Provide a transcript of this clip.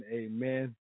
amen